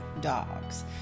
dogs